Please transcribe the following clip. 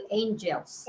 angels